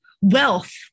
wealth